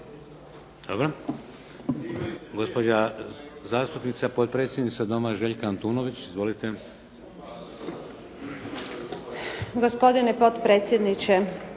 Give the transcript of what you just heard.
Dobro. Gospođa zastupnica, potpredsjednica Doma, Željka Antunović. Izvolite. **Antunović,